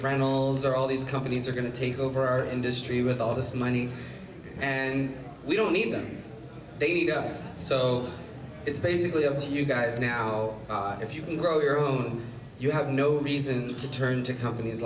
are all these companies are going to take over our industry with all this money and we don't need them they need us so it's basically if you guys now if you can grow your own you have no reason to turn to companies